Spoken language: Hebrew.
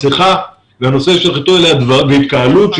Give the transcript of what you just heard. מסכה והנושא של התקהלות.